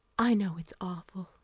i know it's awful.